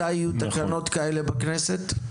מתי יהיו תקנות כאלה בכנסת?